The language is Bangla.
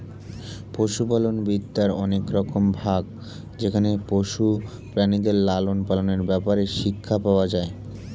পশুপালন বিদ্যার অনেক রকম ভাগ যেখানে পশু প্রাণীদের লালন পালনের ব্যাপারে শিক্ষা পাওয়া যায়